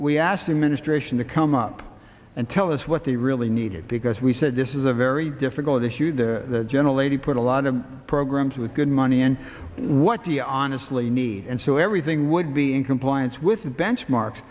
we asked the ministration to come up and tell us what they really needed because we said this is a very difficult issue the gentle lady put a lot of programs with good money and what the honestly need and so everything would be in compliance with the benchmark